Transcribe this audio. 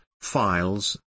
files